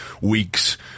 weeks